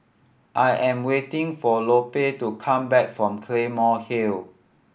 I am waiting for Lupe to come back from Claymore Hill